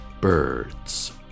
birds